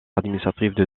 administratif